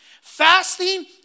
fasting